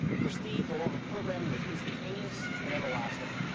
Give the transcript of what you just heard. for steve the love of programming was instantaneous and everlasting.